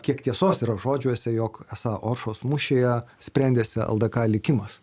kiek tiesos yra žodžiuose jog esą oršos mūšyje sprendėsi ldk likimas